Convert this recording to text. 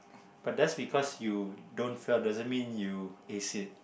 but that's because you don't fail doesn't mean you ace it